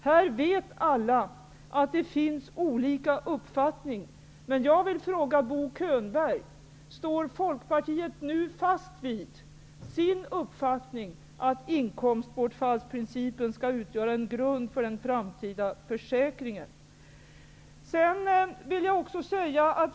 Alla vet att det här råder olika uppfattningar. Men jag vill fråga Bo Könberg: Står Folkpartiet nu fast vid sin uppfattning att inkomstbortfallsprincipen skall utgöra en grund för den framtida försäkringen?